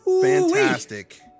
fantastic